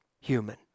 human